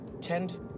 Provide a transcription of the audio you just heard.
tend